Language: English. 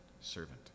servant